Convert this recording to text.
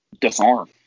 disarm